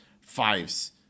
fives